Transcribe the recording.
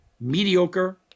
mediocre